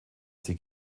sie